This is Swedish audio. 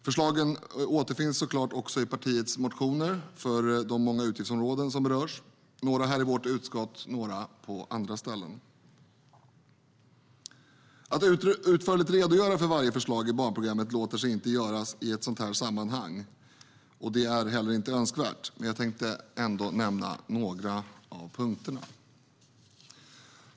Förslagen återfinns såklart också i partiets motioner för de många utgiftsområden som berörs, några i vårt utskott, några på andra ställen. Att utförligt redogöra för varje förslag i Barnprogrammet låter sig inte göras i ett sådant här sammanhang, och det är heller inte önskvärt, men jag tänkte ändå nämna några av punkterna.